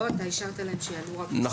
עוד לא, אתה אישרת להם לעלות רק בסוף.